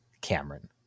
Cameron